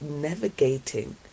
navigating